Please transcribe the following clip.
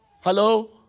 Hello